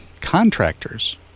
contractors